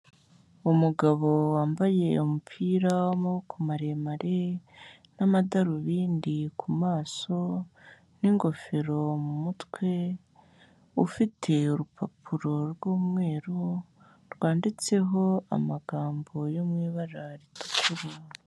Umugabo wambaye umupira w'amaboko maremare n'amadarubindi ku maso n'ingofero mu mutwe, ufite urupapuro rw'umweru, rwanditseho amagambo yo mu ibarara ritukura.